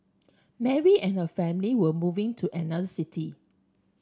Mary and her family were moving to another city